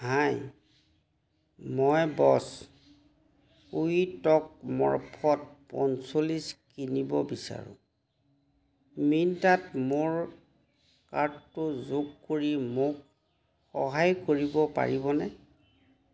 হাই মই Bose quiet comfort পঞ্চল্লিছ কিনিব বিচাৰোঁ মিন্ত্ৰাত মোৰ কাৰ্টটো যোগ কৰি মোক সহায় কৰিব পাৰিবনে